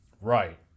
Right